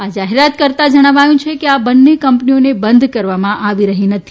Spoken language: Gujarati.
આ જાહેરાત કરતાં ણાવાયું હતું કે આ બંને કંપનીઓને બંધ કરવામાં આવી રહી નથી